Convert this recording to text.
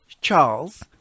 Charles